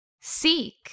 Seek